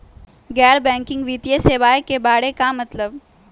गैर बैंकिंग वित्तीय सेवाए के बारे का मतलब?